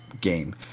game